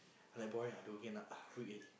I like boring ah do again ah weak already